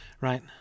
right